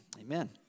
Amen